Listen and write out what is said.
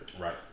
Right